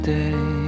day